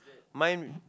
mine